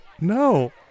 No